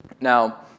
Now